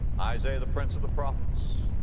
isaiah, the prince of the prophets,